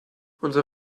unser